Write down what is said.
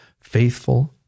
faithful